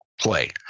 play